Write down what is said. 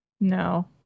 No